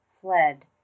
fled